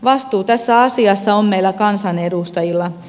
vastuu tässä asiassa on meillä kansanedustajilla